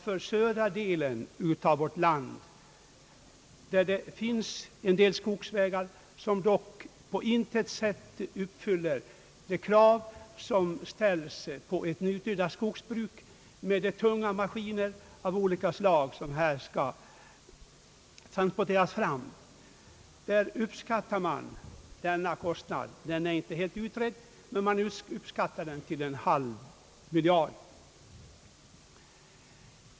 För södra delen av vårt land, där det finns en del skogsvägar, som dock på intet sätt uppfyller de krav som ställs på ett nutida skogsbruk där tunga maskiner av olika slag skall transporteras fram, uppskattar man därutöver kostnaden — den är inte helt utredd — till en halv miljard.